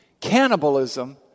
cannibalism